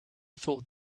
thought